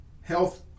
health